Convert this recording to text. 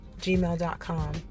gmail.com